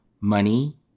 money